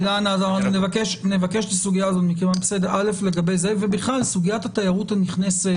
נבקש לגבי זה, ובכלל סוגיית התיירות הנכנסת.